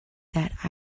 that